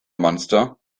monster